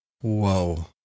Whoa